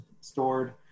stored